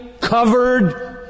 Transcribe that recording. covered